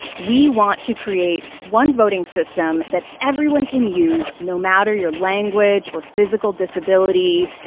we want to create one voting system that everyone can use, no matter your language or physical disability.